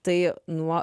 tai nuo